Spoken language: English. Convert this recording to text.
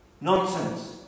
Nonsense